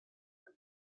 per